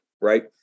right